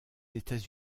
états